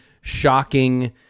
shocking